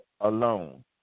alone